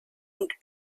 und